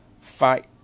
fight